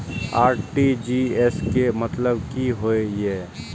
RTGS के मतलब की होय ये?